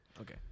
Okay